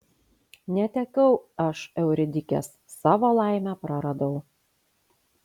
netekau aš euridikės savo laimę praradau